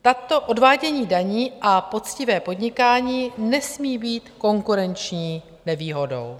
Takto odvádění daní a poctivé podnikání nesmí být konkurenční nevýhodou.